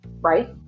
right